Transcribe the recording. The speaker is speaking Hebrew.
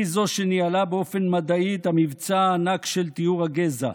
זו שניהלה באופן מדעי את המבצע הענק של טיהור הגזע,